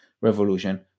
revolution